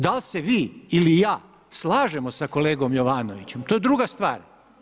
Dal se vi ili ja slažemo sa kolegom Jovanovićem, to je druga stvar.